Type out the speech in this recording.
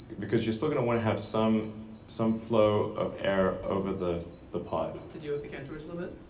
because you're still gonna wanna have some some flow of air over the the pod. to deal with the cantor's limit?